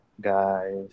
guys